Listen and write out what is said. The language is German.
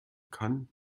kann